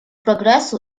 прогрессу